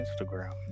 Instagram